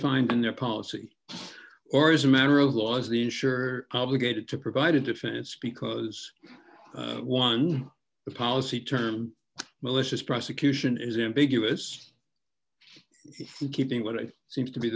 defined in their policy or as a matter of law as the insurer obligated to provide a defense because one the policy term malicious prosecution is ambiguous keeping what seems to be